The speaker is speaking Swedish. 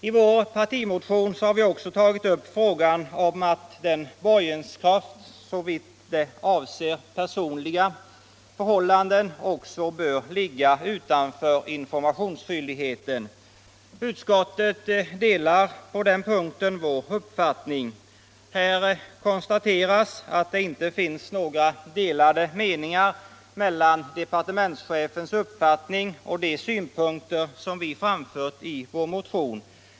I vår partimotion har vi också tagit upp frågan om borgenskraften såvitt avser personliga förhållanden och ansett att den också bör ligga utanför informationsskyldigheten. Utskottet delar på den punkten vår uppfattning. Det konstateras att det inte finns några motsättningar mellan departementschefens uppfattning och de synpunkter som vi har framfört i vår motion.